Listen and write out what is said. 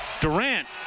Durant